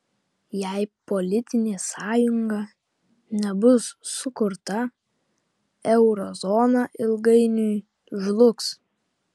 jei politinė sąjunga nebus sukurta euro zona ilgainiui žlugs